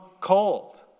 cold